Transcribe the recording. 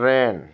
train